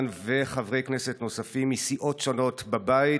וחברי כנסת נוספים מסיעות שונות בבית.